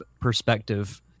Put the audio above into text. perspective